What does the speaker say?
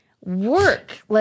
work